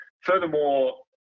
furthermore